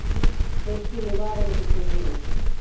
Pest నివారణకు చర్యలు?